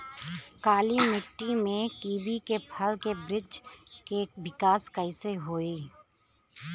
काली मिट्टी में कीवी के फल के बृछ के विकास कइसे होई?